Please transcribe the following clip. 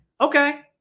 okay